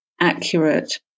accurate